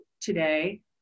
today